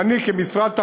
ואני, כמשרד התחבורה,